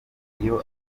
iyo